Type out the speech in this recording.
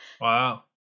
wow